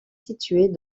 située